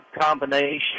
combination